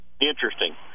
Interesting